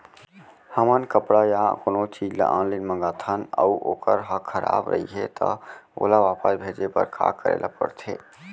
हमन कपड़ा या कोनो चीज ल ऑनलाइन मँगाथन अऊ वोकर ह खराब रहिये ता ओला वापस भेजे बर का करे ल पढ़थे?